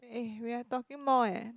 eh we are talking more eh